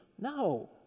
no